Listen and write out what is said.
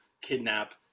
kidnap